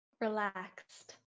Relaxed